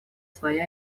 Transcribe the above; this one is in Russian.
свои